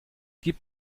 gib